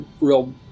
real